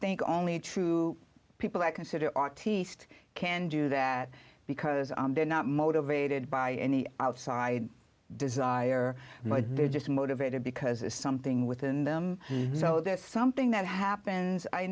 think only true people i consider auti sed can do that because they're not motivated by any outside desire but they're just motivated because there's something within them so that's something that happens i